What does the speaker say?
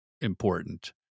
important